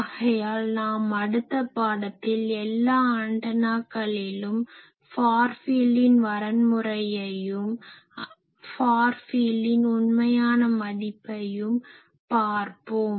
ஆகையால் நாம் அடுத்த பாடத்தில் எல்லா ஆன்டனாகளிலும் ஃபார் ஃபீல்டின் வரன்முறையையும் ஃபார் ஃபீல்டின் உண்மையான மதிப்பையும் பார்ப்போம்